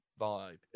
vibe